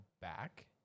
back